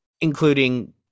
including